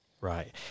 Right